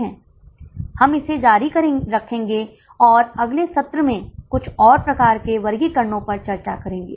तो इसके साथ ही हम इस मामले को रोक देंगे